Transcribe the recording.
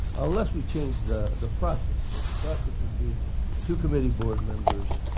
unless we changed the the process. but the process would be two committee board members